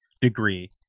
degree